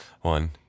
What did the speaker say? One